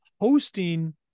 hosting